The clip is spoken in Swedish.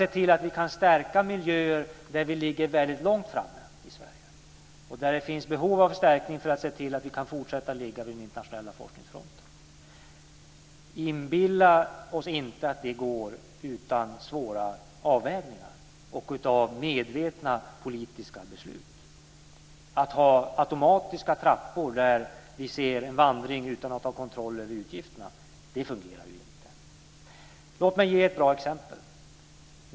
Det är viktigt att vi kan stärka miljöer där vi ligger väldigt långt framme i Sverige och där det finns behov av förstärkning för att se till att vi kan fortsätta att ligga vid den internationella forskningsfronten. Inbilla oss inte att det går utan svåra avvägningar och medvetna politiska beslut! Att ha automatiska trappor där vi ser en vandring utan att ha kontroll över utgifterna fungerar inte. Låt mig ge ett bra exempel.